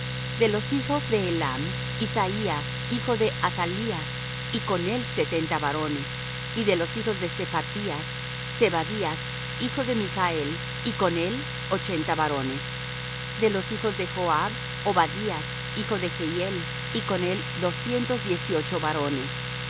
de los hijos de elam isaía hijo de athalías y con él setenta varones y de los hijos de sephatías zebadías hijo de michel y con él ochenta varones de los hijos de joab obadías hijo de jehiel y con él doscientos diez y ocho varones